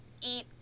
eat